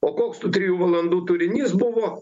o koks tų trijų valandų turinys buvo